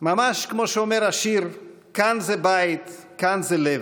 ממש כמו שאומר השיר: "כאן זה בית, כאן זה לב".